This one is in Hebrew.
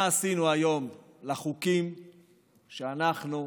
מה עשינו היום לחוקים שאנחנו פה,